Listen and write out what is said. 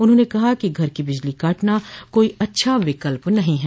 उन्होंने कहा कि घर की बिजली काटना कोई अच्छा विकल्प नहीं है